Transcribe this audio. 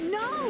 no